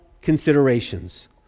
considerations